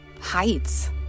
heights